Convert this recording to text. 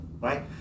right